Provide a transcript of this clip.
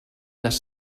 les